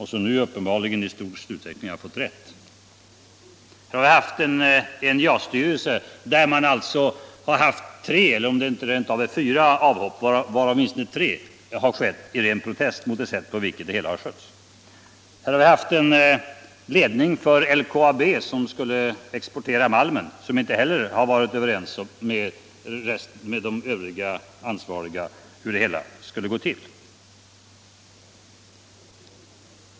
Här har vi haft en NJA-styrelse, där man alltså har haft fyra avhopp, varav åtminstone tre har skett i ren protest mot det sätt på vilket det hela har skötts. Och här har vi haft en ledning för LKAB, som skulle exportera malmen, vilken inte heller har varit överens med de övriga ansvariga om hur det hela skulle gå till.